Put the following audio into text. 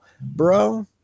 bro